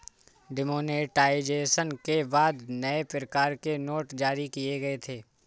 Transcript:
demonetisation के बाद नए प्रकार के नोट जारी किए गए थे